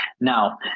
Now